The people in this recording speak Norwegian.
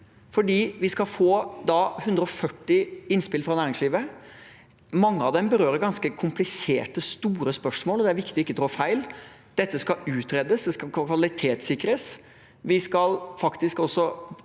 tid. Vi har fått 140 innspill fra næringslivet, mange av dem berører ganske kompliserte, store spørsmål, og det er viktig å ikke trå feil. Dette skal utredes og kvalitetssikres. Vi skal faktisk også